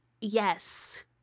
Yes